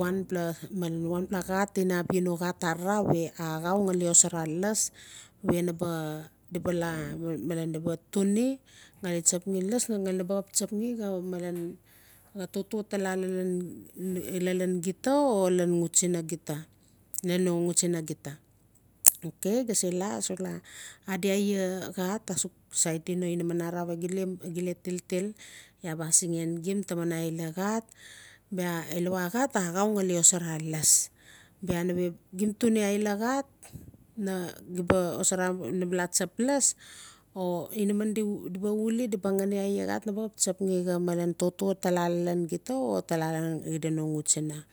wnpla xat inaa abia no xat arara we axau gali xosara laas we di baa laa tuni gali tsapgen laas gali tsapgen malen xaa toto tala lalan gita o lalan xutsina gita okay o gaa sela asux laa adi aia xat asux saiti no inaman arara we gim laa tiltil iaa baa asixen gim taman aila xat bia ilawa xat a axau gali xosara laas bia neve gim tuni aila xat gim baa xosara tsap laas o inaman di baa uli o di baa gani iaa xat na baa xap tsapgi xaa toto tala lalan gita o lalan nigitia xo xutsina